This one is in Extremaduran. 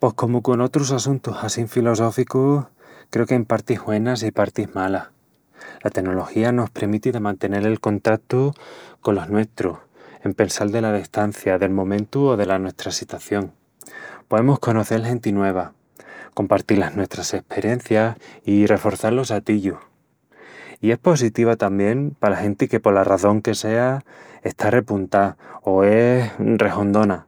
Pos comu con otrus assuntus assín filosóficus, creu que ain partis güenas i partis malas... La tenología nos premiti de mantenel el contatu colos nuestrus, en pensal dela destancia, del momentu o dela nuestra sitación... Poemus conocel genti nueva, compartil las nuestras esperencias i reforçal los atillus... I es positiva tamién pala genti que pola razón que sea, está repuntá o es rehondona.